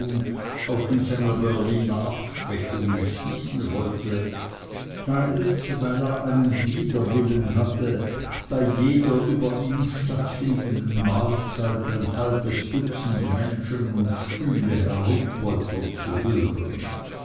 auch in seiner berliner abschwächung nicht missen wollte teils weil er einen widerwillen hatte bei jeder über ihm stattfindenden mahlzeit ein halbes dutzend menschen und stühle herumpoltern zu hören